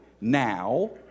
now